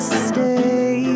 stay